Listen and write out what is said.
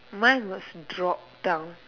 mine was drop down